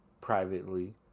privately